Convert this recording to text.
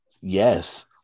Yes